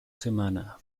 semana